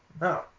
No